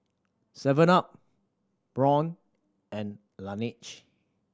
Seven up Braun and Laneige